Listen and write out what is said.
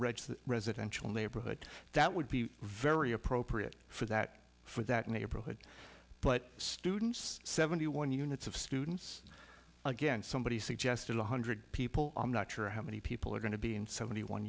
registered residential neighborhood that would be very appropriate for that for that neighborhood but students seventy one units of students again somebody suggested one hundred people i'm not sure how many people are going to be in seventy one